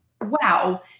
wow